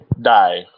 die